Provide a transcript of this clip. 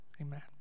amen